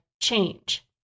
change